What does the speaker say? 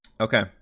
Okay